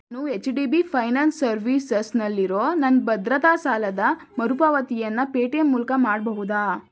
ನು H D B finance ಸರ್ವಿಸಸ್ನಲ್ಲಿರೋ ನನ್ನ ಭದ್ರತಾ ಸಾಲದ ಮರುಪಾವತಿಯನ್ನು ಪೇ ಟಿ ಎಮ್ ಮೂಲಕ ಮಾಡಬಹುದಾ